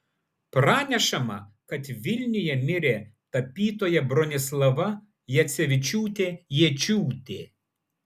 pranešama kad vilniuje mirė tapytoja bronislava jacevičiūtė jėčiūtė